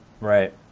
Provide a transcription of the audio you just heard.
Right